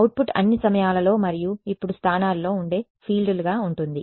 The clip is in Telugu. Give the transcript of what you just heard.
అవుట్పుట్ అన్ని సమయాలలో మరియు ఇప్పుడు స్థానాల్లో ఉండే ఫీల్డ్లుగా ఉంటుంది